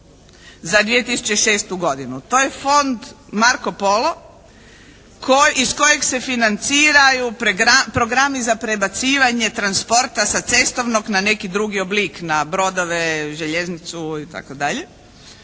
za 2006. godinu. To je Fond Marco Polo iz kojeg se financiraju programi za prebacivanje transporta sa cestovnog na neki drugi oblik, na brodove, željeznicu itd.